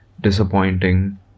Disappointing